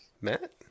Matt